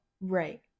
right